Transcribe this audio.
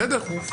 בסדר.